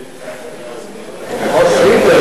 אבל